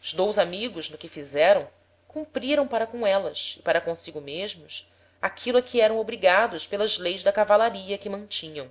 os dous amigos no que fizeram cumpriram para com élas e para consigo mesmos aquilo a que eram obrigados pelas leis da cavalaria que mantinham